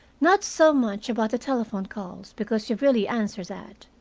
not so much about the telephone calls, because you've really answered that.